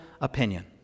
opinion